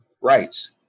rights